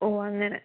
ഓ അങ്ങനെ